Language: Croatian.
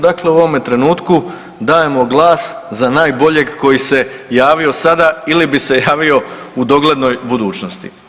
Dakle u ovome trenutku dajemo glas za najboljeg koji se javio sada ili bi se javio u doglednoj budućnosti.